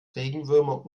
regenwürmer